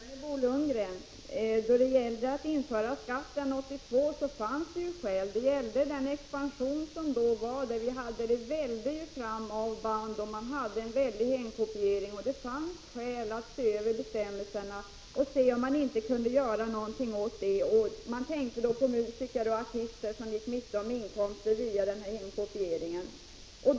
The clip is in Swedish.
Herr talman! Jag vänder mig först till Bo Lundgren. Då skatten infördes 1982 fanns det ju skäl härför. Då var det en expansion, när det vällde fram band, och det förekom en mycket omfattande hemkopiering. Det fanns alltså skäl att se över bestämmelserna och undersöka om man inte kunde göra någonting åt förhållandena. Man tänkte då på musiker och artister som gick miste om inkomster till följd av denna hemkopiering.